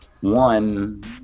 one